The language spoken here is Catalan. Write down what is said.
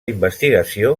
investigació